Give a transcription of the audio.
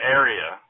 area